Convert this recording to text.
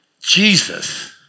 Jesus